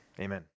amen